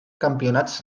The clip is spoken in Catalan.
campionats